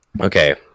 Okay